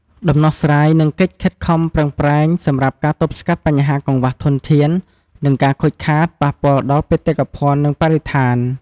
ដំណោះស្រាយ និងកិច្ចខិតខំប្រឹងប្រែង សម្រាប់ការទប់ស្កាត់បញ្ហាកង្វះធនធាន និងការខូចខាត ប៉ះពាល់ដល់បេតិកភណ្ឌ និងបរិស្ថាន ។